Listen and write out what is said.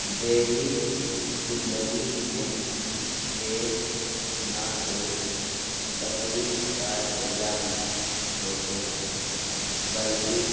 دیہی زندگی میں کھیل نہ صرف تفریح کا ذریعہ ہوتے ہیں بلکہ